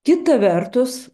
kita vertus